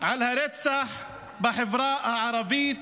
על הרצח בחברה הערבית